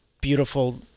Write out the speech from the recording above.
beautiful